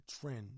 trend